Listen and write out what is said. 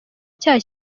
icyaha